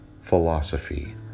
philosophy